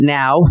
now